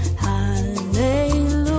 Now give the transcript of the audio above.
Hallelujah